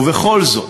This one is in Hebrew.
ובכל זאת,